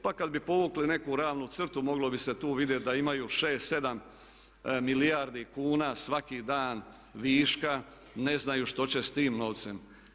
Pa kad bi povukli neku realnu crtu moglo bi se tu vidjeti da imaju 6, 7 milijardi kuna svaki dan viška, ne znaju što će s tim novcem.